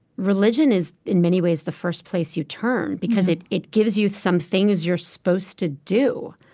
religion is, in many ways, the first place you turn because it it gives you some things you're supposed to do.